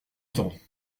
temps